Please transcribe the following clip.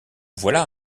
voilà